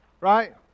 right